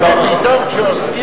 פתאום כשעוסקים,